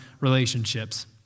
relationships